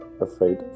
afraid